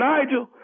Nigel